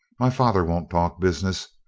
my father won't talk business.